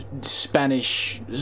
spanish